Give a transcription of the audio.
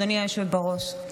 אדוני היושב בראש,